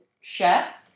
chef